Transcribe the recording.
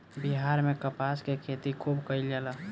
बिहार में कपास के खेती खुब कइल जाला